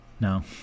No